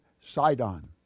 Sidon